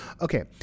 Okay